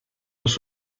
los